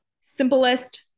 simplest